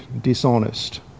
dishonest